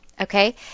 Okay